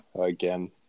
Again